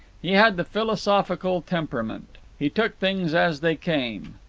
he had the philosophical temperament. he took things as they came.